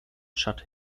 tschad